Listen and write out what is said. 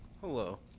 Hello